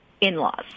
in-laws